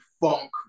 funk